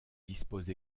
dispose